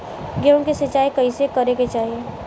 गेहूँ के सिंचाई कइसे करे के चाही?